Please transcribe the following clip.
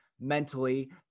mentally